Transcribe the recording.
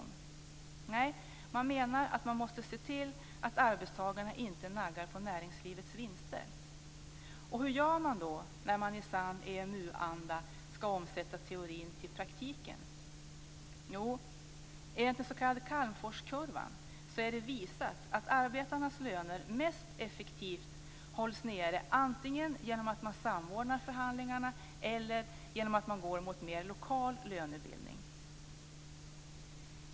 Nej, man menar att man måste se till att arbetstagarna inte naggar på näringslivets vinster. Hur gör man då när man i sann EMU-anda ska omsätta teorin i praktiken? Jo, enligt den s.k. Calmforskurvan är det bevisat att arbetarnas löner mest effektivt hålls nere antingen genom att man samordnar förhandlingarna eller att man går mot mera lokal lönebildning.